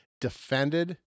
defended